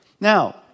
Now